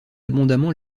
abondamment